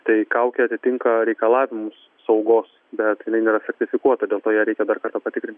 tai kaukė atitinka reikalavimus saugos bet nėra sertifikuota dėl to ją reikia dar kartą patikrint